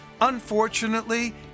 Unfortunately